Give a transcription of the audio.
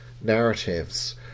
narratives